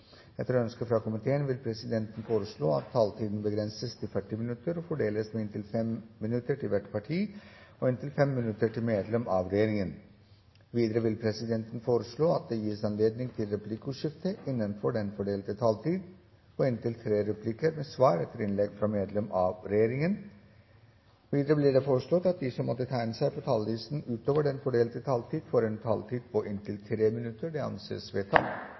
Etter ønske fra næringskomiteen vil presidenten foreslå at taletiden begrenses til 40 minutter og fordeles med inntil 5 minutter til hvert parti og inntil 5 minutter til medlem av regjeringen. Videre vil presidenten foreslå at det gis anledning til replikkordskifte på inntil tre replikker med svar etter innlegg fra medlem av regjeringen innenfor den fordelte taletid. Videre blir det foreslått at de som måtte tegne seg på talerlisten utover den fordelte taletid, får en taletid på inntil 3 minutter. – Det anses vedtatt.